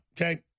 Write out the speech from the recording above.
okay